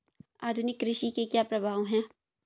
आधुनिक कृषि के क्या प्रभाव हैं?